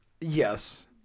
Yes